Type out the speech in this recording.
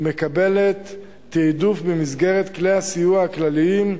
ומקבלת תעדוף במסגרת כלי הסיוע הכלליים,